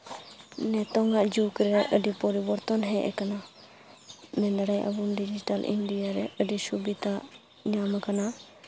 ᱱᱤᱛᱳᱝᱟᱜ ᱡᱩᱜᱽ ᱨᱮ ᱟᱹᱰᱤ ᱯᱚᱨᱤᱵᱚᱨᱛᱚᱱ ᱦᱮᱡ ᱟᱠᱟᱱᱟ ᱢᱮᱱ ᱫᱟᱲᱮᱭᱟᱜᱼᱟ ᱵᱚᱱ ᱰᱤᱡᱤᱴᱮᱞ ᱤᱱᱰᱤᱭᱟ ᱨᱮ ᱟᱹᱰᱤ ᱥᱩᱵᱤᱛᱟ ᱧᱟᱢᱟᱠᱟᱱᱟ